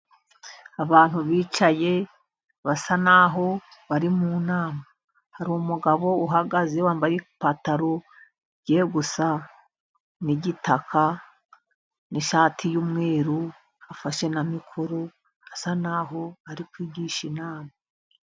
Abantu bicaye basa naho bari mu nama ,hari umugabo uhagaze wambaye ipantaro igiye gusa n'igitaka, n'ishati y'umweru ,afashe mikoro asa naho ari kwigisha inama.